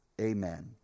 amen